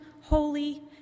holy